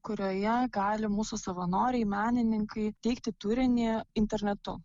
kurioje gali mūsų savanoriai menininkai teikti turinį internetu